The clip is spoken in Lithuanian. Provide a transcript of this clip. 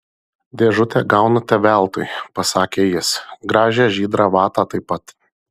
dėžutę gaunate veltui pasakė jis gražią žydrą vatą taip pat